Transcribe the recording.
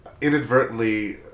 inadvertently